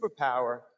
superpower